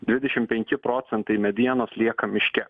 dvidešim penki procentai medienos lieka miške